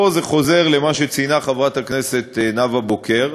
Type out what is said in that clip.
פה זה חוזר למה שציינה חברת הכנסת נאווה בוקר,